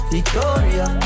Victoria